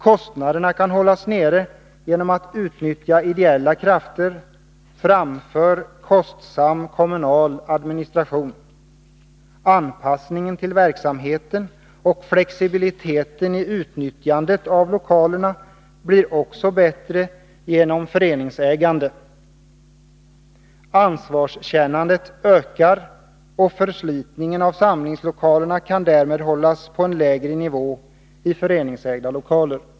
Kostnaderna kan hållas nere genom att man utnyttjar ideella krafter framför kostsam kommunal administration. Anpassningen till verksamheten och flexibiliteten i utnyttjandet av lokalerna blir också bättre genom föreningsägande. Ansvarskännandet ökar, och förslitningen av samlingslokalerna kan därmed hållas på en lägre nivå i föreningsägda lokaler.